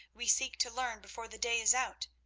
we seek to learn before the day is out,